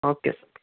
okay